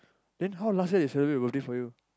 then how last year they celebrate your birthday for you